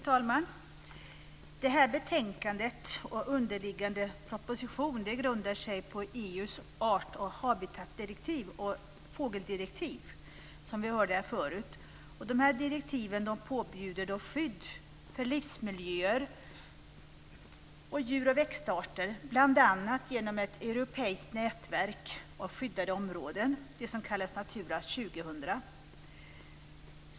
Fru talman! Det här betänkandet och underliggande proposition grundar sig på EU:s art och habitatdirektiv och fågeldirektiv som vi hörde tidigare. Dessa direktiv påbjuder skydd för livsmiljöer och djur och växtarter bl.a. genom ett europeiskt nätverk av skyddade områden; det som kallas Natura 2000.